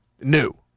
new